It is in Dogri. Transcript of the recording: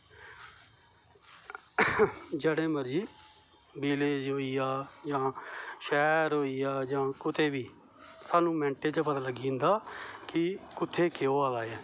जेहडे मर्जी विलेज होई गेआ शहर होई गेआ कुतै बी स्हानू मिन्ट च पता लग्गी जंदा कि कुत्थै केह् होआ दा ऐ